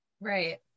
Right